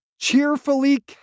cheerfully